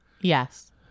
Yes